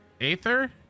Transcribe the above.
aether